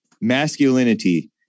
masculinity